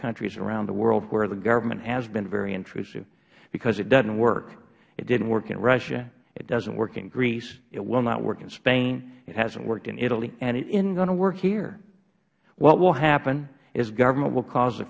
countries around the world where the government has been very intrusive because it does not work it didnt work in russia it does not work in greece it will not work in spain it has not worked in italy and it is not going to work here what will happen is government will cause